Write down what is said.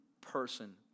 person